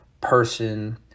person